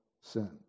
sin